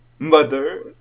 Mother